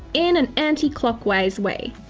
in an anti-clockwise way.